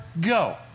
go